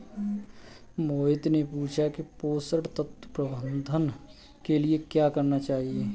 मोहित ने पूछा कि पोषण तत्व प्रबंधन के लिए क्या करना चाहिए?